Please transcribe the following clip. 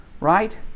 right